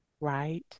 right